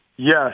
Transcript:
Yes